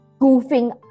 goofing